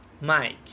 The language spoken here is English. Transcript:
Mike